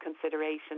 consideration